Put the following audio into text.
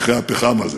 מכרה הפחם הזה.